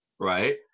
right